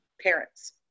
parents